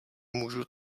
můžu